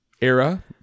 era